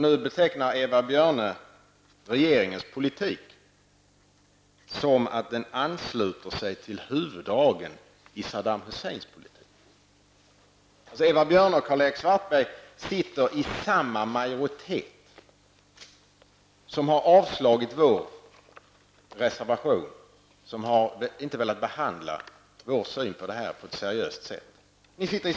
Nu betecknar Eva Björne regeringens politik som att den ansluter sig till huvuddragen i Saddam Husseins politik. Eva Björne och Karl-Erik Svartberg ingår i samma majoritet, som inte på ett seriöst sätt har velat behandla vår syn på konflikten.